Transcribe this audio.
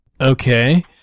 Okay